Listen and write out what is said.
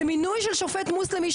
למינוי של שופט מוסלמי?